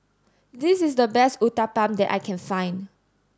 this is the best Uthapam that I can find